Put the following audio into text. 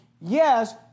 yes